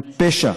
היא פשע,